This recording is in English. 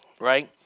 Right